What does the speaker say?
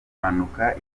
mpanuka